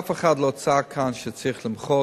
אף אחד לא צעק כאן שצריך למחות,